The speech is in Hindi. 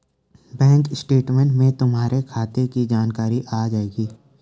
बैंक स्टेटमैंट में तुम्हारे खाते की जानकारी आ जाएंगी